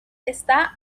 está